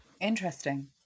Interesting